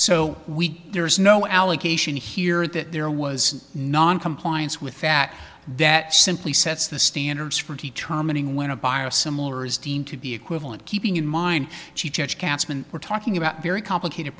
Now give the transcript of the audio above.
so we there is no allegation here that there was noncompliance with fact that simply sets the standards for determining when a biosimilars deemed to be equivalent keeping in mind she judge katzman we're talking about very complicated